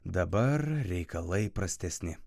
dabar reikalai prastesni